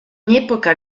epoca